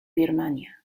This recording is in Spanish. birmania